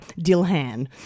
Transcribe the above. Dilhan